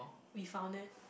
we found it